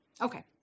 Okay